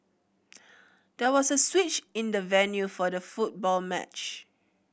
there was a switch in the venue for the football match